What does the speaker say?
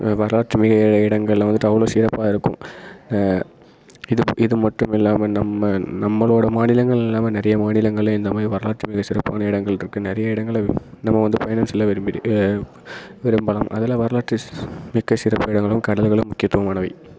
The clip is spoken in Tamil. வரலாற்று மிக இடங்களில் வந்துட்டு அவ்வளோ சிறப்பாக இருக்கும் இதுப் இது மட்டும் இல்லாமல் நம்ம நம்மளோடய மாநிலங்கள் இல்லாமல் நிறைய மாநிலங்களில் இந்தமாரி வரலாற்று மிகச்சிறப்பான இடங்கள் இருக்குது நிறைய இடங்களில் நம்ம வந்து பயணம் செல்ல விரும்பிறி விரும்பலாம் அதில் வரலாற்று ஸ் மிக்க சிறப்பு இடங்களும் கடல்களும் முக்கியத்துவம் ஆனவை